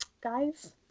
Guys